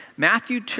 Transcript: Matthew